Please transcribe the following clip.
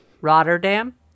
Rotterdam